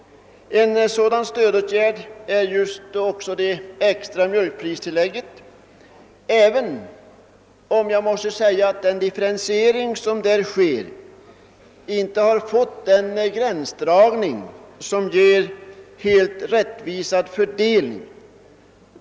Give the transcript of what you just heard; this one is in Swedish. En sådan stödåtgärd är just det extra mjölkpristillägget även om gränsdragningen vid differentieringen har inneburit en inte helt rättvis fördelning.